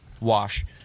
wash